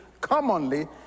commonly